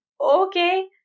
okay